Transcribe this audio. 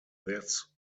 this